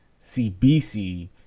CBC